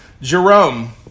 Jerome